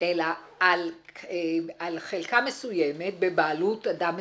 אלא על חלקה מסוימת בבעלות אדם מסוים,